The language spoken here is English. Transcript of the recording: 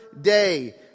day